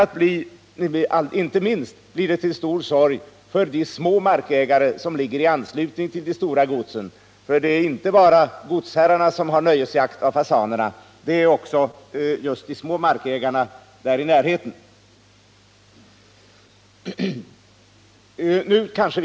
Detta blir till stor sorg inte minst för de små markägare som har mark i anslutning till de stora godsen — det är nämligen inte bara godsherrarna som bedriver nöjesjakt på fasan, utan det gör också just de som har mark i närheten av godsen.